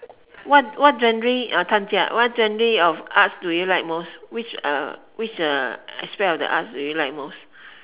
what what genre uh what genre of arts do you like most which uh which uh aspect of the arts do you like most